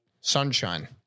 sunshine